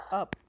up